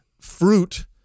fruit